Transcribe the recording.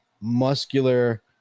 muscular